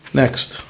next